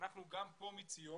ואנחנו מכאן, מציון,